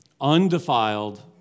undefiled